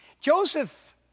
Joseph